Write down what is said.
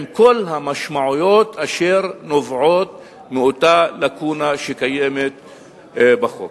עם כל המשמעויות אשר נובעות מאותה לקונה שקיימת בחוק.